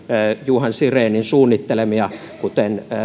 johan sirenin tänne suunnittelemia kuten